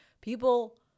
People